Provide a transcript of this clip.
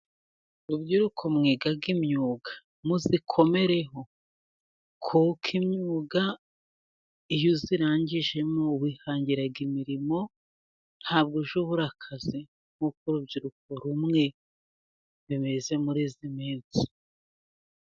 Rubyiruko mwiga imyuga muzikomereho, kuko imyuga iyo uyirangijemo wihangira imirimo, ntabwo ujya ubura akazi, nk'uko urubyiruko rumwe bimeze muri iyi minsi.